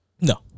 No